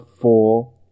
four